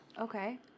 okay